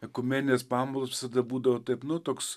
ekumeninės pamaldos visada būdavo taip nu toks